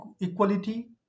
equality